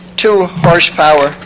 two-horsepower